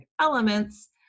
elements